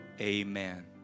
amen